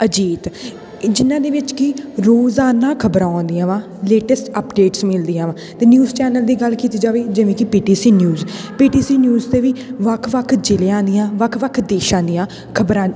ਅਜੀਤ ਜਿਹਨਾਂ ਦੇ ਵਿੱਚ ਕਿ ਰੋਜ਼ਾਨਾ ਖ਼ਬਰਾਂ ਆਉਂਦੀਆਂ ਵਾਂ ਲੇਟੈਸਟ ਅਪਡੇਟਸ ਮਿਲਦੀਆਂ ਵਾਂ ਅਤੇ ਨਿਊਜ਼ ਚੈਨਲ ਦੀ ਗੱਲ ਕੀਤੀ ਜਾਵੇ ਜਿਵੇਂ ਕਿ P T C news P T C news 'ਤੇ ਵੀ ਵੱਖ ਵੱਖ ਜ਼ਿਲ੍ਹਿਆ ਦੀਆਂ ਵੱਖ ਵੱਖ ਦੇਸ਼ਾਂ ਦੀਆਂ ਖ਼ਬਰਾਂ